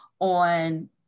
on